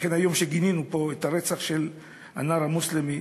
לכן כשגינינו פה היום את הרצח של הנער המוסלמי,